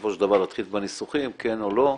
בסופו של דבר להתחיל בניסוחים, כן או לא,